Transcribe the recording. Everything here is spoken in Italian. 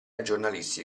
giornalisti